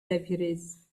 deputies